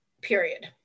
period